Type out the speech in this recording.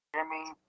Jimmy